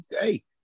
Hey